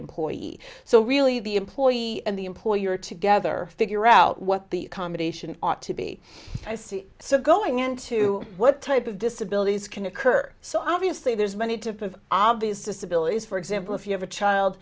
employee so really the employee and the employer together figure out what the combination ought to be so going into what type of disability can occur so obviously there's money to obvious disability for example if you have a child